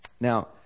Now